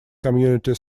community